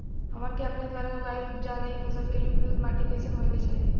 हमन के आपके द्वारा उगाई जा रही फसल के लिए उपयुक्त माटी कईसन होय के चाहीं?